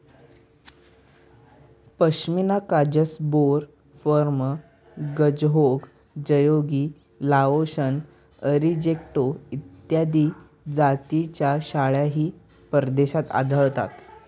पश्मिना काजस, बोर, फर्म, गझहोंग, जयोगी, लाओशन, अरिजेंटो इत्यादी जातींच्या शेळ्याही परदेशात आढळतात